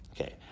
Okay